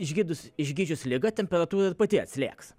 išgirdus išgydžius ligą temperatūra ir pati atlėgs